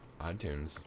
iTunes